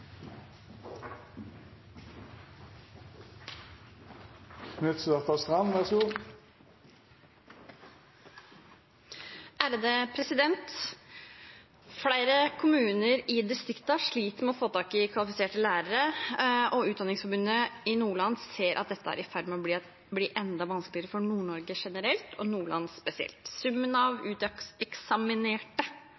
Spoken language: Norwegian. Flere kommuner i distriktene sliter med å få tak i kvalifiserte lærere, og Utdanningsforbundet i Nordland ser at dette er i ferd med å bli enda vanskeligere for Nord-Norge generelt og Nordland spesielt. Summen av